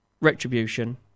Retribution